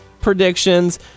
predictions